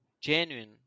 genuine